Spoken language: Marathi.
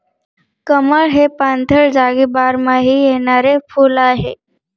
कमळ हे पाणथळ जागी बारमाही येणारे फुल आहे